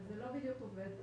זה לא בדיוק עובד כך.